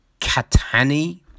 Catani